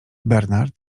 bernard